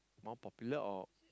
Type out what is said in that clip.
more popular or